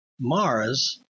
Mars